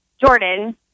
Jordan